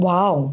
Wow